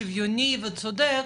שוויוני וצודק,